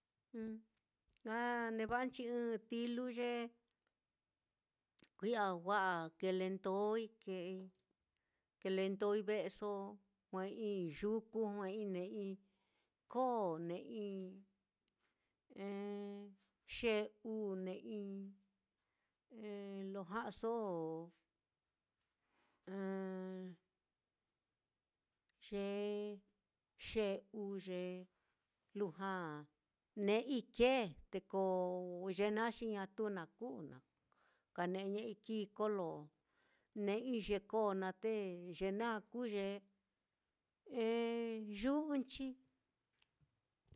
an neva'anchi ɨ́ɨ́n tilu ye kui'ya wa'a kilendoi ke'ei kilendoi ve'eso jue'ei yuku, jue'ei ne'ei koo ne'ei xe'u ne'ei, lo ja'aso ye xe'u ye lujua ne'ei kee teko ye naá, xi ña na kuu na kane'eña'ai kii kolo ne'ei ye koo naá, te ye naá kuu ye yu'unchi.